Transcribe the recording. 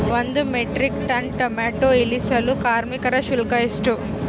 ಒಂದು metric ton tomato ಇಳಿಸಲು ಕಾರ್ಮಿಕರ ಶುಲ್ಕ ಎಷ್ಟು?